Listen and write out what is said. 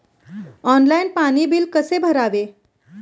Online पाणी bill कसे भरावे?